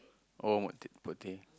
oh Mok Pok-Teh